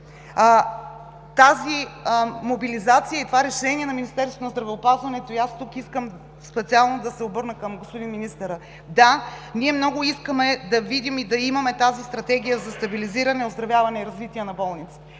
тази мобилизация и това решение на Министерството на здравеопазването. И аз тук искам специално да се обърна към господин министъра: да, ние много искаме да видим и да имаме тази стратегия за стабилизиране, оздравяване и развитие на болниците.